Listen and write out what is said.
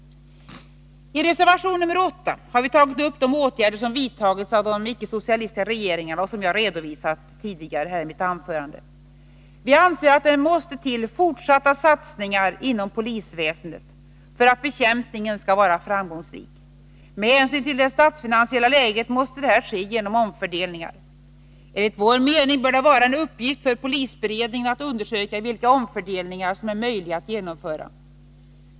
I reservation nr 8 har vi tagit upp de åtgärder som vidtagits av de icke-socialistiska regeringarna och som jag redovisat tidigare i mitt anförande. Vi anser att det måste till fortsatta satsningar inom polisväsendet för att bekämpningen skall vara framgångsrik. Med hänsyn till det statsfinansiella läget måste det ske genom omfördelningar. Enligt vår mening bör det vara en uppgift för polisberedningen att undersöka vilka omfördelningar som är möjliga att genomföra.